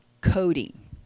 coding